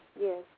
Yes